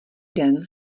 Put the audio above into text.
den